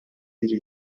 biri